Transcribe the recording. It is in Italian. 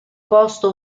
posto